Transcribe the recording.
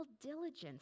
diligence